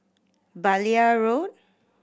Blair Road